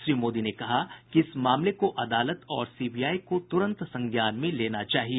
श्री मोदी ने कहा कि इस मामले को अदालत और सीबीआई को तुरंत संज्ञान में लेना चाहिए